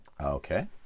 Okay